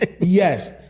Yes